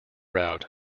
route